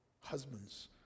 husbands